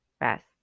rest